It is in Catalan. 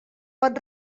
pot